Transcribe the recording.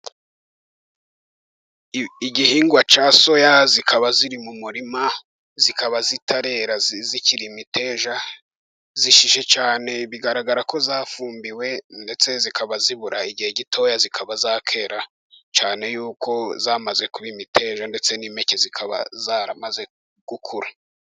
Igihingwa cya soya, zikaba ziri mu murima, zikaba zitarera zikiri imiteja, zishishe cyane bigaragara ko zafumbiwe, ndetse zikaba zibura igihe gitoya zikaba zakera, cyane yuko zamaze kuba imiteja ndetse n'impeke zikaba zaramaze gukura.